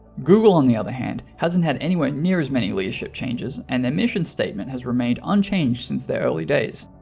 google on the other hand hasn't had anywhere near as many leadership changes and their mission statement has remained unchanged since their early days.